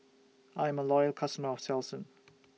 I'm A Loyal customer of Selsun